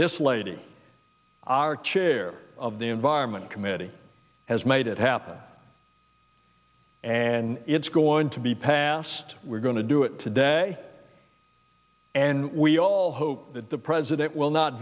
this lady chair of the environment committee has made it happen and it's going to be passed we're going to do it today and we all hope that the president will not